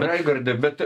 raigardai bet